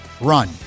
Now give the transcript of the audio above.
run